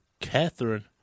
Catherine